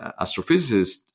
astrophysicist